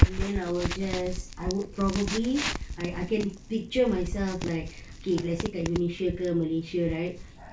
and then I will just I would probably I I picture myself like okay if let's say kat indonesia ke malaysia right